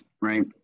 Right